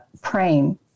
praying